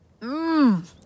Mmm